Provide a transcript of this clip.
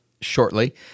shortly